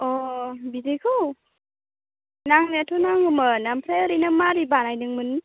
अ बिदिखौ नांनायाथ' नांगौमोन ओमफ्राय ओरैनो माबोरै बानायदोंमोन